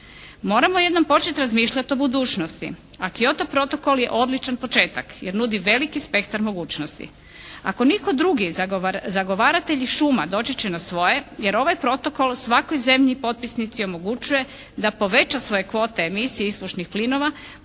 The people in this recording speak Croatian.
Moramo jednom početi razmišljati o budućnosti, a Kyoto protokol je odličan početak jer nudi veliki spektar mogućnosti. Ako nitko drugi zagovaratelji šuma doći će na svoje jer ovaj protokol svakoj zemlji potpisnici omogućuje da poveća svoje kvote emisije ispušnih plinova